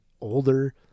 older